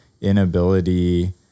inability